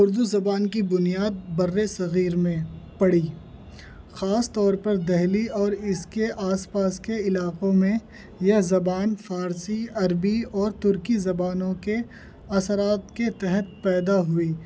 اردو زبان کی بنیاد برصغیر میں پڑی خاص طور پر دہلی اور اس کے آس پاس کے علاقوں میں یہ زبان فارسی عربی اور ترکی زبانوں کے اثرات کے تحت پیدا ہوئی